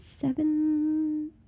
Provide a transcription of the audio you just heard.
Seven